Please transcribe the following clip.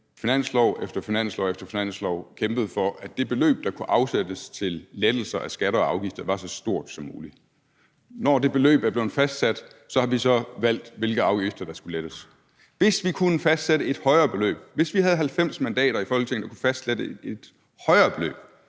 Alliance gennem finanslov efter finanslov kæmpet for, at det beløb, der kunne afsættes til lettelser af skatter og afgifter, var så stort som muligt. Når det beløb er blevet fastsat, har vi så valgt, hvilke afgifter der skulle lettes. Hvis vi kunne fastsætte et højere beløb, hvis vi havde 90 mandater i Folketinget og kunne fastsætte et højere beløb,